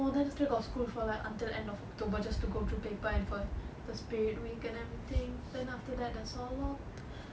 no then still got school for like until end of october just to go through paper and for the spirit week and everything then after that that's all lor